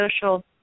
social